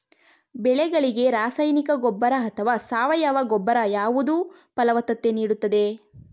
ಬೆಳೆಗಳಿಗೆ ರಾಸಾಯನಿಕ ಗೊಬ್ಬರ ಅಥವಾ ಸಾವಯವ ಗೊಬ್ಬರ ಯಾವುದು ಫಲವತ್ತತೆ ನೀಡುತ್ತದೆ?